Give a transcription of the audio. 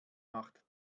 macht